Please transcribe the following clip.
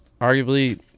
arguably